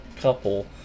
couple